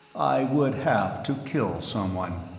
i would have to kill someone.